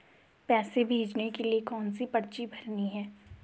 पैसे भेजने के लिए कौनसी पर्ची भरनी है?